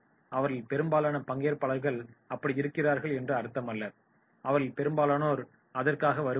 அவர்களில் பெரும்பாலான பங்கேற்பாளர்கள் அப்படி இருகிறார்கள் என்று அர்த்தமல்ல அவர்களில் பெரும்பாலானோர் அதற்காக வருவதில்லை